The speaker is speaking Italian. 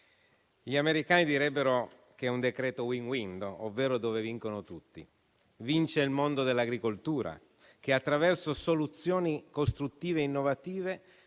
Gli americani direbbero che è un decreto *win-win*, ovvero dove vincono tutti. Vince il mondo dell'agricoltura che, attraverso soluzioni costruttive e innovative,